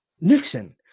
Nixon